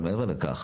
אבל מעבר לכך.